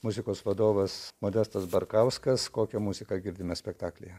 muzikos vadovas modestas barkauskas kokią muziką girdime spektaklyje